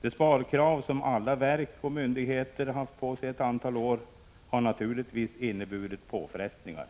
De sparkrav som alla verk och myndigheter haft på sig ett antal år har naturligtvis inneburit påfrestningar.